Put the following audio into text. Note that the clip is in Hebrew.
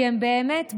כי הם באמת בודדים,